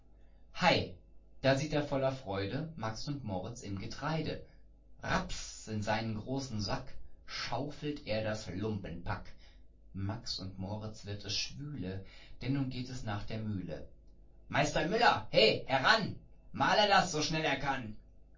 hei da sieht er voller freude max und moritz im getreide illustration in den sack rabs in seinen großen sack schaufelt er das lumpenpack illustration zur mühle max und moritz wird es schwüle denn nun geht es nach der mühle illustration zu meister müller meister müller he heran mahl er das so schnell er kann